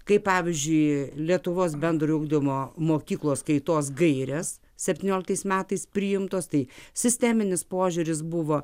kaip pavyzdžiui lietuvos bendrojo ugdymo mokyklos kaitos gaires septynioliktais metais priimtos tai sisteminis požiūris buvo